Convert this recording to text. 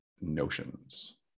notions